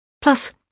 Plus